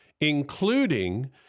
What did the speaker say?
including